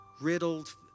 riddled